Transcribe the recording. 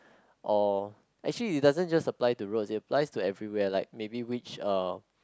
or actually it doesn't just apply to roads its applies to everywhere like maybe which uh